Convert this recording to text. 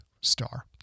star